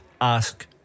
ask